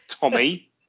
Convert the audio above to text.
Tommy